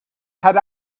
had